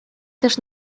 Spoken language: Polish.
też